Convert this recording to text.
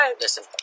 listen